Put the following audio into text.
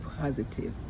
positive